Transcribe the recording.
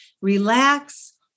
relax